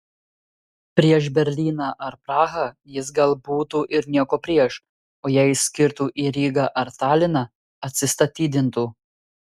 prieš berlyną ar prahą jis gal būtų ir nieko prieš o jei skirtų į rygą ar taliną atsistatydintų